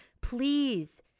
please